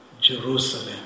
Jerusalem